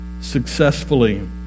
successfully